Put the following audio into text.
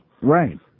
Right